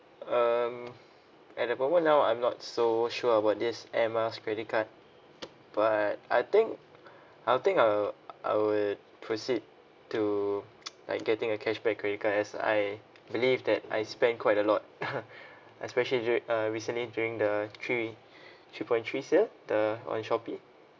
um at the moment now I'm not so sure about this Air Miles credit card but I think I'll think uh I would proceed to like getting a cashback credit card as I believe that I spend quite a lot especially duri~ uh recently during the three three point three sale the on Shopee